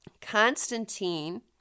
Constantine